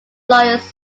lawyers